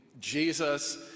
Jesus